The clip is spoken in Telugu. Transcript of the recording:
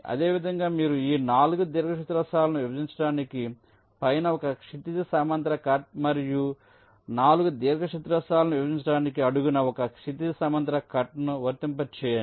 అదేవిధంగా మీరు ఈ 4 దీర్ఘచతురస్రాలను విభజించడానికి పైన ఒక క్షితిజ సమాంతర కట్ మరియు ఈ 4 దీర్ఘచతురస్రాలను విభజించడానికి అడుగున ఒక క్షితిజ సమాంతర కట్ను వర్తింప చేయండి